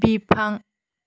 बिफां